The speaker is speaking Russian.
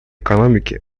экономики